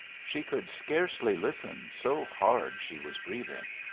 she could scarcely listen, so hard she was breathing.